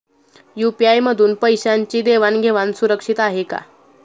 UPI मधून पैशांची देवाण घेवाण सुरक्षित आहे का?